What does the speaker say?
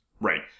Right